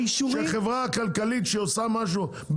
שחברה כלכלית שעושה משהו,